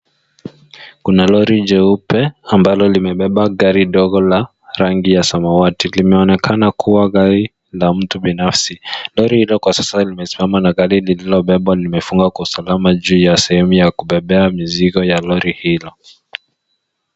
Kuna lori jeupe ambalo limebeba gari dogo la rangi ya samawati. Limeonekana kuwa gari la mtu binafsi. Lori kwa sasa limesimama na gari lililobebwa limefungwa kwa usalama juu ya sehemu ya kubebea mizigo ya lori hilo.